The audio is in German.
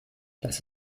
das